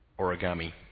origami